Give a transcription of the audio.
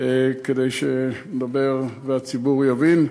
כדי שהציבור יבין.